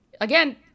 again